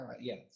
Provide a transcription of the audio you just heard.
Yes